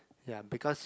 ya because